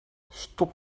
stop